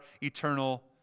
eternal